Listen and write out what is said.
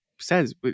says